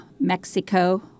Mexico